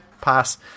pass